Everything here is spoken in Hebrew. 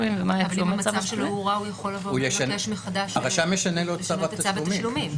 אם המצב שלו הורע הוא יכול לבוא ולבקש מחדש לשנות את צו התשלומים.